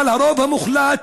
אבל הרוב המוחלט,